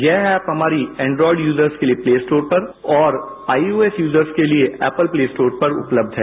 यह ऐप हमारे Android users के लिये प्लेस्टोर पर और आईओएस यूजर्स के लिये ऐप्पल प्ले स्टोर पर उपलब्ध है